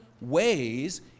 ways